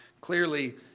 Clearly